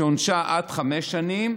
שעונשה עד חמש שנים,